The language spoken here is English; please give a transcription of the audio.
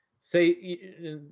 say